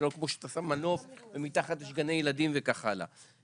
זה לא שאתה שם מנוף ומתחת יש גני ילדים וכך הלאה.